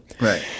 Right